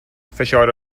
فشار